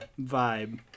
vibe